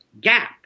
gap